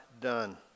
done